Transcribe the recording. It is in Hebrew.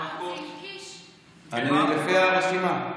אני לפי הרשימה.